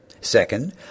Second